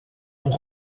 ont